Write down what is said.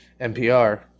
NPR